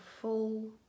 full